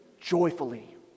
joyfully